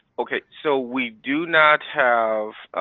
ok, so we do not have.